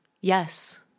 Yes